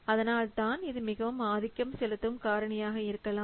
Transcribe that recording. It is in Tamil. அதனால்தான் இது மிகவும் ஆதிக்கம் செலுத்தும் காரணியாக இருக்கலாம்